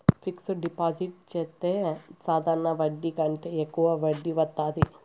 fixed deposit చెత్తే సాధారణ వడ్డీ కంటే యెక్కువ వడ్డీ వత్తాది